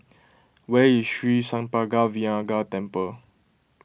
where is Sri Senpaga Vinayagar Temple